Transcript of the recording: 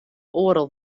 oardel